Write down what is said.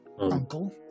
Uncle